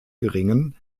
geringen